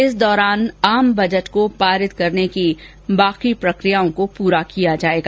इस दौरान आम बजट को पारित करने की शेष प्रकियाओं को पूरा किया जाएगा